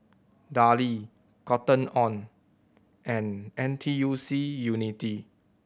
Darlie Cotton On and N T U C Unity